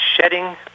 shedding